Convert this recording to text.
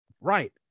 Right